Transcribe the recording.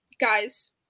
guys